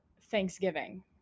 Thanksgiving